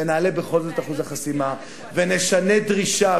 ונעלה בכל זאת את אחוז החסימה ונעלה דרישה,